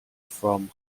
from